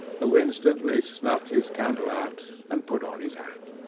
who instantly snuffed his candle out and put on his hat.